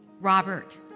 Robert